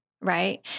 Right